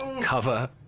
cover